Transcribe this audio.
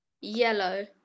Yellow